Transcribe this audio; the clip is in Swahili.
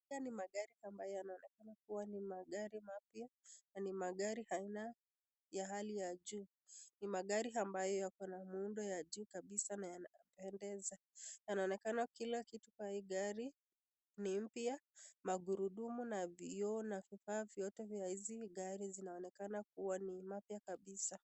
Haya ni magari ambayo yanaonekana kuwa ni magari mapya ni magari ya aina ya hali juu ni magari ambayo yako na muundo wa juu kabisa na yanapendeza yaonekana kila kitu kwa hii gari ni mpya magurudumu na vioo na vifaa vyote vya hizi gari zinaonekana kuwa mapya kabisa.